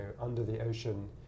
under-the-ocean